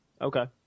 Okay